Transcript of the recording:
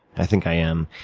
i think i am.